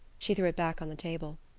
she threw it back on the table.